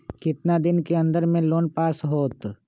कितना दिन के अन्दर में लोन पास होत?